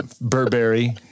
Burberry